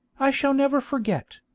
i shall never forget,